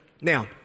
Now